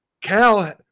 Cal